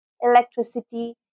electricity